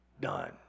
done